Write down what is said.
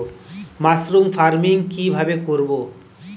Mushroom farming কি ভাবে করব?